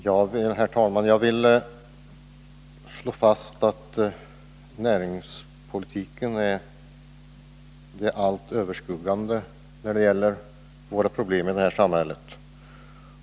Herr talman! Jag vill slå fast att näringspolitiken är det allt överskuggande problemet i det här samhället.